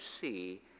see